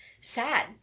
sad